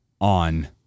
on